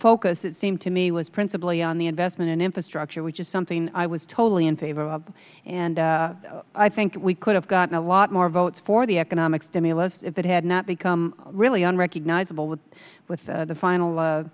focus it seemed to me was principally on the investment in infrastructure which is something i was totally in favor of and i think we could have gotten a lot more votes for the economic stimulus if it had not become really unrecognizable with the final